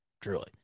Truly